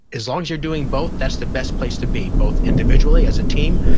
as long as you're doing both, that's the best place to be, both individually, as a team,